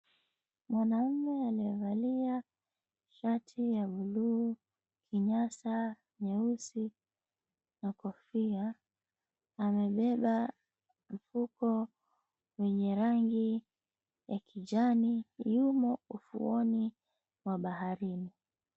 Mwanaume amevalia Shati ya blue , kinyasa nyeusi na kofia amebeba mfuko wenye rangi ya kijani. Yumo ufuoni mwa baharini.